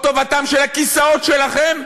או טובתם של הכיסאות שלכם,